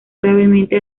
gravemente